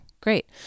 great